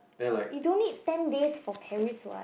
you don't need ten days for Paris [what]